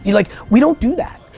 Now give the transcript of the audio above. like, we don't do that.